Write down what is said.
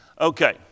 Okay